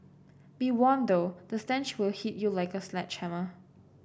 be warned though stench will hit you like a sledgehammer